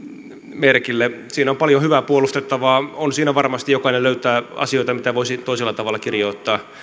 merkille siinä on paljon hyvää puolustettavaa on siinä varmasti jokainen löytää asioita mitä voisi toisella tavalla kirjoittaa